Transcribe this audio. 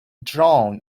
drawn